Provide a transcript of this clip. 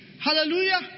Hallelujah